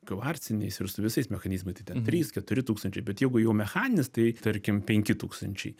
kvarciniais ir su visais mechanizmai tai ten trys keturi tūkstančiai bet jeigu jau mechaninis tai tarkim penki tūkstančiai